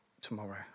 tomorrow